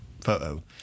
photo